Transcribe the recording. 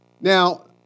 Now